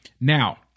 Now